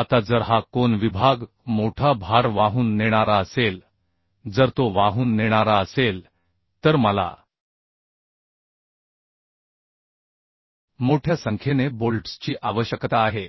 आता जर हा कोन विभाग मोठा भार वाहून नेणारा असेल जर तो वाहून नेणारा असेल तर मला मोठ्या संख्येने बोल्ट्सची आवश्यकता आहे